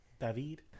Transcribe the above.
David